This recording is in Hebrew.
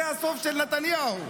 זה הסוף של נתניהו.